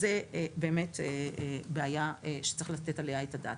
זו באמת בעיה שצריך לתת עליה את הדעת.